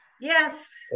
Yes